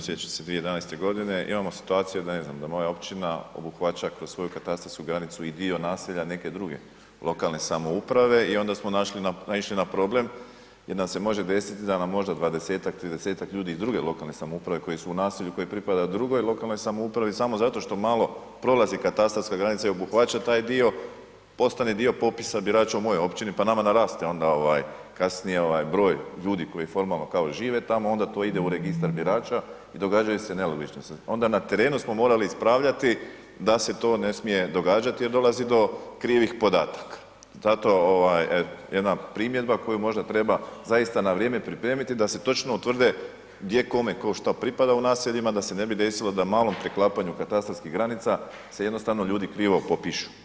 Sjećam se 2011.g. imamo situaciju da, ne znam, da moja općina obuhvaća kroz svoju katastarsku granicu i dio naselja neke druge lokalne samouprave i onda smo našli, naišli na problem gdje nam se može desiti da nam možda 20-tak, 30-tak ljudi iz druge lokalne samouprave, koji su u naselju, koji pripadaju drugoj lokalnoj samoupravi samo zato što malo prolazi katastarska granica i obuhvaća taj dio, postane dio popisa birača u mojoj općini, pa nama naraste onda ovaj kasnije ovaj broj ljudi koji formalno kao žive tamo, onda to ide u registar birača i događaju se nelogičnosti, onda na terenu smo morali ispravljati da se to ne smije događati jer dolazi do krivih podataka, zato ovaj eto jedna primjedba koju možda treba zaista na vrijeme pripremiti da se točno utvrde gdje kome ko što pripada u naseljima da se ne bi desilo da u malom preklapanju katastarskih granica se jednostavno ljudi krivo popišu.